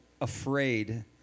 afraid